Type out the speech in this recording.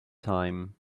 time